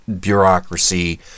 bureaucracy